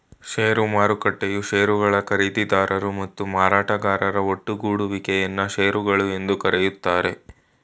ಷೇರು ಮಾರುಕಟ್ಟೆಯು ಶೇರುಗಳ ಖರೀದಿದಾರರು ಮತ್ತು ಮಾರಾಟಗಾರರ ಒಟ್ಟುಗೂಡುವಿಕೆ ಯನ್ನ ಶೇರುಗಳು ಎಂದು ಕರೆಯುತ್ತಾರೆ